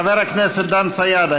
חבר הכנסת דן סידה,